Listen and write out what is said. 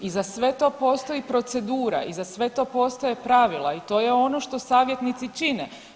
I za sve to postoji procedura i za sve to postoje pravila i to je ono što savjetnici čine.